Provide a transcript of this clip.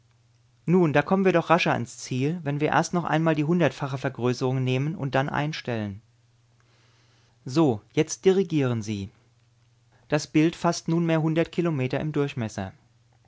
nun da kommen wir doch rascher zum ziel wenn wir erst noch einmal die hundertfache vergrößerung nehmen und dann einstellen so jetzt dirigieren sie das bild faßt nunmehr hundert kilometer im durchmesser